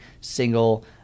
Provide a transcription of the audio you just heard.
single